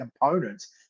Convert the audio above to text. components